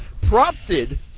prompted